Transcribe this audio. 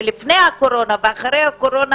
שלפני הקורונה ואחרי הקורונה,